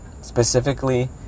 Specifically